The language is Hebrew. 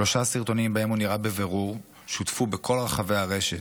שלושה סרטונים שבהם הוא נראה בבירור שותפו בכל רחבי הרשת.